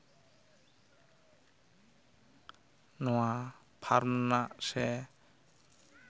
ᱱᱚᱣᱟ ᱯᱷᱟᱨᱢ ᱨᱮᱱᱟᱜ ᱥᱮ